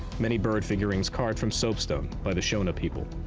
many bird figurines carved from soap stone by the shona people.